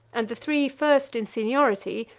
and the three first in seniority,